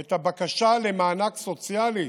את הבקשה למענק סוציאלי,